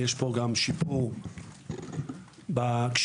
יש גם שיפור בכשירות,